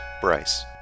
Bryce